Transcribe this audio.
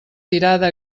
tirada